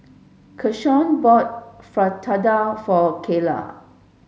Keshaun bought Fritada for Cayla